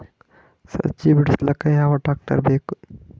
ಸಜ್ಜಿ ಬಿಡಿಸಿಲಕ ಯಾವ ಟ್ರಾಕ್ಟರ್ ಬೇಕ?